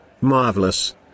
Marvelous